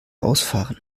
ausfahren